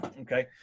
Okay